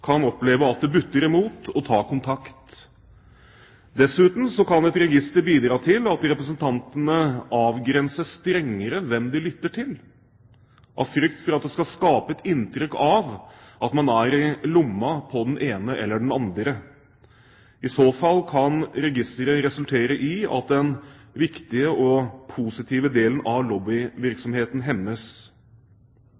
kan oppleve at det butter imot når man tar kontakt. Dessuten kan et register bidra til at representantene avgrenser strengere hvem de lytter til, av frykt for at det skal skapes et inntrykk av at man er «i lomma» på den ene eller den andre. I så fall kan registeret resultere i at den viktige og positive delen av